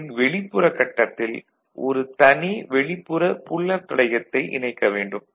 L ன் வெளிப்புறக் கட்டத்தில் ஒரு தனி வெளிப்புற புல் அப் தடையத்தை இணைக்க வேண்டும்